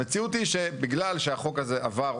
המציאות היא שבגלל שהחוק הזה עבר,